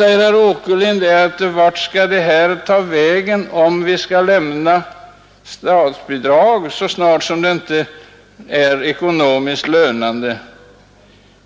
Herr Åkerlind frågar vart det tar vägen om samhället skall lämna bidrag så snart någonting inte är ekonomiskt lönande.